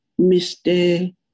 Mr